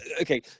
Okay